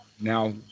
Now